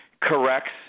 corrects